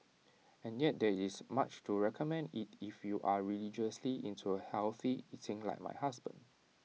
and yet there is much to recommend IT if you are religiously into A healthy eating like my husband